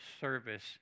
service